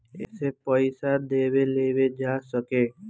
एसे पइसा देवे लेवे जा सके